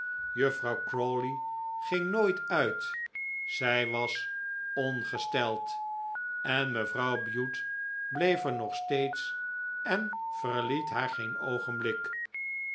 juffrouw crawley ging nooit uit zij was ongesteld en mevrouw bute bleef er nog steeds en verliet haar geen oogenblik